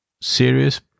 serious